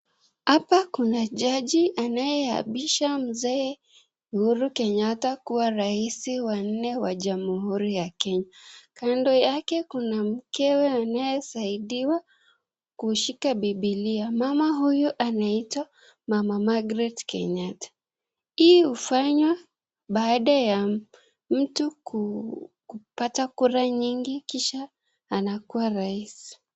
Hapa Kuna jaji anayeapisha mzee Uhuru Kenyatta kuwa rais wa nne wa jamhuri ya Kenya . Kando yake kuna mkewe anayesaidiwa kushikilia biblia . Mama huyu anaitwa, mama Magret Kenyatta. Hii ufanywa baada ya mtu kupata kura nyingi kisha anakuwa rahisi.